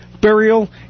burial